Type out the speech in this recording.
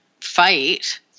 fight